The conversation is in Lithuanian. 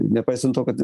nepaisant to kad